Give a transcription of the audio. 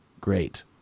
great